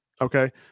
okay